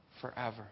forever